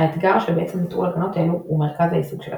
האתגר שבעצם נטרול הגנות אלו הוא מרכז העיסוק של הקראקר.